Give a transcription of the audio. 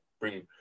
bring